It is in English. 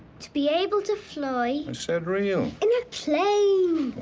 to be able to fly. i said real. in a plane.